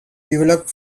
developed